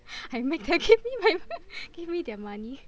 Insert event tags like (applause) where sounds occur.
I make them give me my mo~ (laughs) give me their money